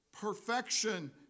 perfection